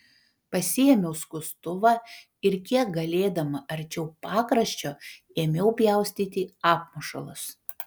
pasiėmiau skustuvą ir kiek galėdama arčiau pakraščio ėmiau pjaustyti apmušalus